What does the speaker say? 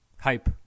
Hype